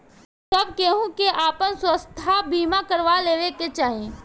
सब केहू के आपन स्वास्थ्य बीमा करवा लेवे के चाही